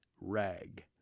Rag